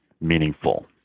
meaningful